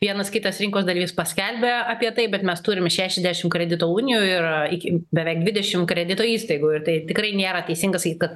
vienas kitas rinkos dalis paskelbia apie tai bet mes turim šešiasdešimt kredito unijų ir iki beveik dvidešim kredito įstaigų ir tai tikrai nėra teisinga sakyt kad